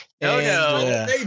No